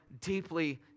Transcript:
deeply